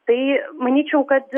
tai manyčiau kad